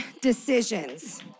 decisions